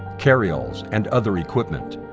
carry-alls, and other equipment.